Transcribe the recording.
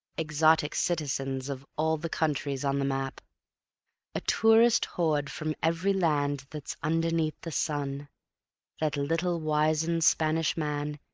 exotic citizens of all the countries on the map a tourist horde from every land that's underneath the sun that little wizened spanish man,